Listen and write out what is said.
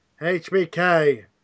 HBK